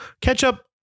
Ketchup